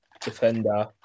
defender